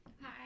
Hi